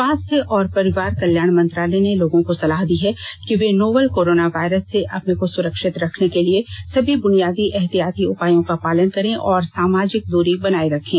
स्वास्थ्य और परिवार कल्याण मंत्रालय ने लोगों को सलाह दी है कि वे नोवल कोरोना वायरस से अपने को सुरक्षित रखने के लिए सभी बुनियादी एहतियाती उपायों का पालन करें और सामाजिक दूरी बनाए रखें